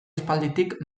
aspalditik